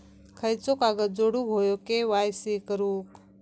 खयचो कागद जोडुक होयो के.वाय.सी करूक?